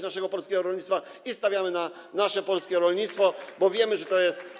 naszego polskiego rolnictwa, i stawiamy na nasze polskie rolnictwo, bo wiemy, że to jest.